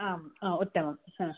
आम् ओ उत्तमम्